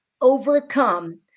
overcome